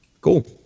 Cool